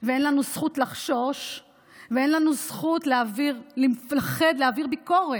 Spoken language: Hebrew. ואין לנו לזכות לחשוש ואין לנו זכות לפחד להעביר ביקורת.